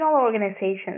organizations